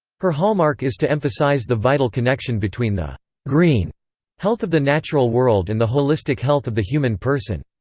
her hallmark is to emphasize the vital connection between the green health of the natural world and the holistic health of the human person.